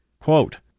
Quote